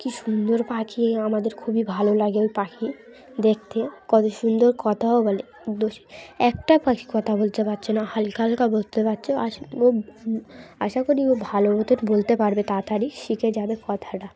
কী সুন্দর পাখি আমাদের খুবই ভালো লাগে ওই পাখি দেখতে কত সুন্দর কথাও বলে দোষ একটা পাখি কথা বলতে পারছে না হালকা হালকা বলতে পারছে ও আশা করি ও ভালো মতন বলতে পারবে তাড়াতাড়ি শিখে যাবে কথাটা